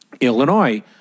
Illinois